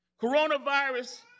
Coronavirus